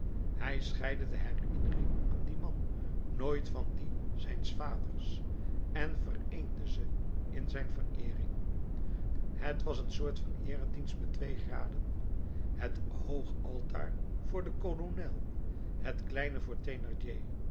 hij scheidde de herinnering aan dien man nooit van die zijns vaders en vereende ze in zijn vereering t was een soort van eeredienst met twee graden het hoog altaar voor den kolonel het kleine voor